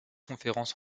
conférences